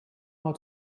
how